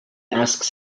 asks